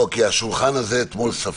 כי אתמול השולחן הזה ספג